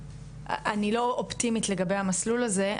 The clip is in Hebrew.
אני לא אופטימית לגבי המסלול הזה,